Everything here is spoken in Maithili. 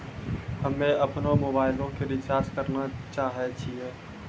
हम्मे अपनो मोबाइलो के रिचार्ज करना चाहै छिये